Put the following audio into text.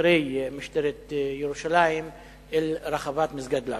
שוטרי משטרת ירושלים אל רחבת מסגד אל-אקצא.